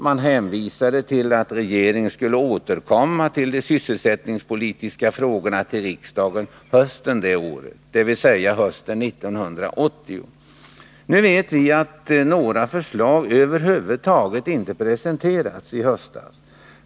Man hänvisade till att regeringen beträffande de sysselsättningspolitiska frågorna skulle återkomma till riksdagen på hösten det året, dvs. hösten 1980. Nu vet vi att över huvud taget inte några förslag presenterades i höstas.